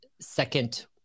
second